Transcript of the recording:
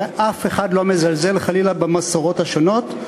ואף אחד לא מזלזל חלילה במסורות השונות.